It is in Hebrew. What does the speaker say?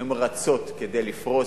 הן רצות כדי לפרוס,